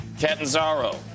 Catanzaro